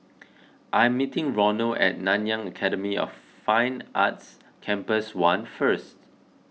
I am meeting Ronald at Nanyang Academy of Fine Arts Campus one first